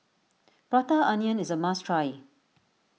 Prata Onion is a must try